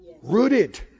Rooted